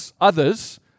others